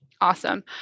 Awesome